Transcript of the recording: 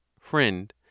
Friend